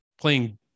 playing